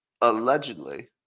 allegedly